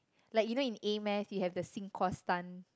like you know in A-maths you have the sin cos tan